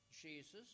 Jesus